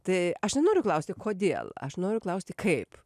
tai aš nenoriu klausti kodėl aš noriu klausti kaip